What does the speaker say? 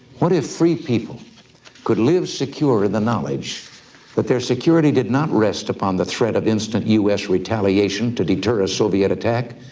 what if free people could live secure in the knowledge that their security did not rest upon the threat of instant u s. retaliation to deter a soviet attack,